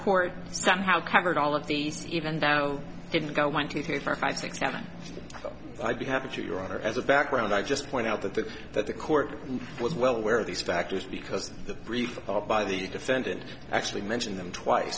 court somehow covered all of these even though didn't go one two three four five six seven i'd be happy to your honor as a background i just point out that the that the court was well aware of these factors because the brief by the defendant actually mentioned them twice